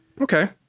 Okay